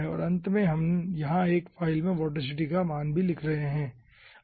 और अंत में हम यहाँ एक अलग फ़ाइल में वोर्टिसिटी का मान भी लिख रहे हैं ठीक है